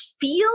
feel